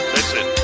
Listen